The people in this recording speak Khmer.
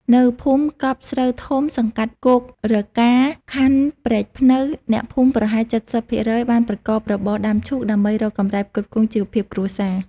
នៅភូមិកប់ស្រូវធំ សង្កាត់គោករកា ខណ្ឌព្រែកព្នៅ អ្នកភូមិប្រហែល៧០% បានប្រកបរបរដាំឈូក ដើម្បីរកកម្រៃផ្គត់ផ្គង់ជីវភាពគ្រួសារ ។